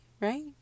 right